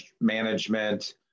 management